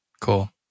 cool